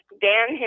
Dan